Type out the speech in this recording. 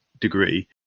degree